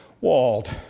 walled